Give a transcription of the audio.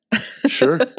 Sure